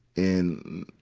in,